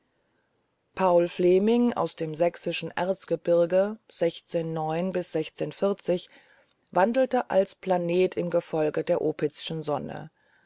paul fleming aus dem sächsischen erzgebirge wandelte als planet im gefolge der opitzschen sonne